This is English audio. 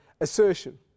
assertion